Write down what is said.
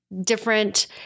different